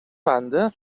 banda